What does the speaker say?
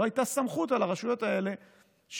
לא הייתה סמכות להיכנס בנעלי הרשויות האלה או